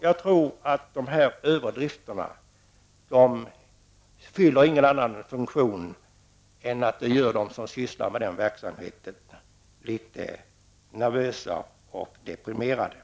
Jag tror inte att överdrifterna fyller någon annan funktion än att de som sysslar med denna verksamhet blir litet nervösa och deprimerade.